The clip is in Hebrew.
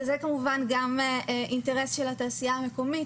וזה כמובן אינטרס של התעשייה המקומית,